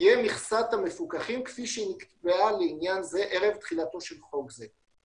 תהיה מכסת המפוקחים כפיש נקבעה לעניין זה ערב תחילתו של חוק זה".